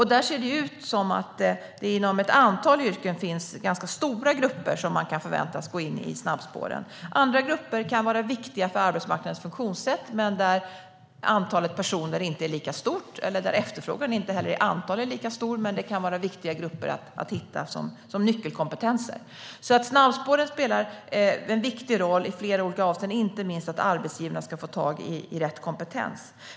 Där ser det ut som om det inom ett antal yrken finns ganska stora grupper som kan förväntas gå in i snabbspåren. Andra grupper kan vara viktiga för arbetsmarknadens funktionssätt, men antalet personer är inte lika stort eller så är efterfrågan i antal inte lika stor. Men det kan vara viktiga grupper att hitta som nyckelkompetenser. Snabbspåret spelar alltså en viktig roll i flera olika avseenden, inte minst för att arbetsgivarna ska få tag i rätt kompetens.